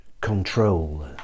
control